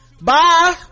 Bye